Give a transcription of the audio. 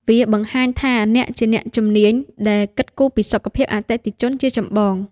វាបង្ហាញថាអ្នកជាអ្នកជំនាញដែលគិតគូរពីសុខភាពអតិថិជនជាចម្បង។